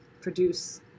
produce